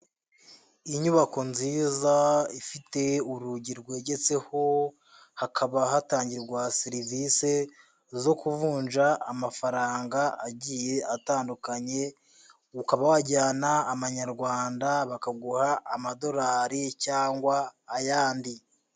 Inyubako nziza ifite urugi rwegetseho, hakaba hatangirwa serivise zo kuvunja amafaranga agiye atandukanye, ukaba wajyana amanyarwanda bakaguha amadorari cyangwa ayandi.